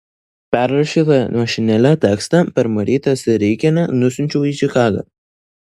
perrašytą mašinėle tekstą per marytę sereikienę nusiunčiau į čikagą